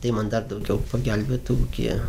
tai man dar daugiau pagelbėtų ūkyje